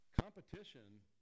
Competition